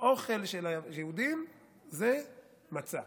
האוכל של היהודים זה מצה,